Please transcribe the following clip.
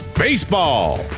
Baseball